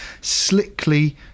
slickly